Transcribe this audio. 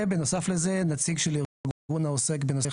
ובנוסף לזה נציג של ארגון העוסק בנושאי